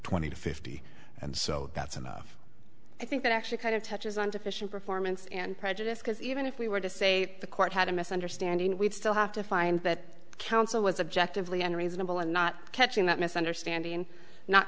twenty to fifty and so that's enough i think that actually kind of touches on deficient performance and prejudice because even if we were to say the court had a misunderstanding we'd still have to find that counsel was objective leon reasonable and not catching that misunderstanding not